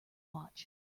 watch